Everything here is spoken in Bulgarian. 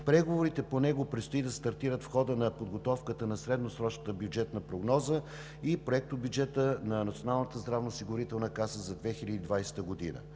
Преговорите по него предстои да стартират в хода на подготовката на средносрочната бюджетна прогноза и пректобюджета на Националната